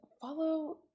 follow